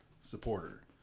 supporter